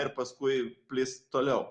ir paskui plist toliau